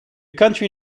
country